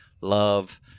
love